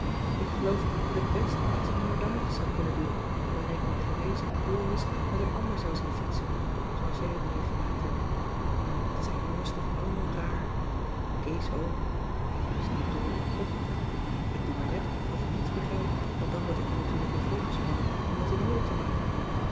ik geloof dat ik best iets moorddadigs zou kunnen doen wanneer ik mijn gewezen kloris met een ander zou zien fietsen zooals jij het meegemaakt hebt wat zijn jongens toch allemaal raar kees ook die is nu dol op pop ik doe maar net of ik niets begrijp want dan word ik er natuurlijk weer voorgespannen om het in orde te maken